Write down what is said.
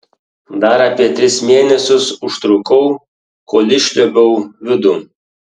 dar apie tris mėnesius užtrukau kol išliuobiau vidų